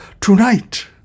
tonight